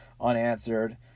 unanswered